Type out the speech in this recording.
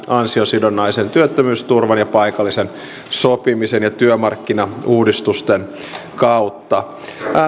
ansiosidonnaisen työttömyysturvan ja paikallisen sopimisen ja työmarkkinauudistusten kautta